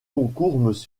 concours